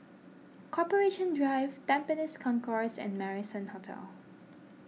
Corporation Drive Tampines Concourse and Marrison Hotel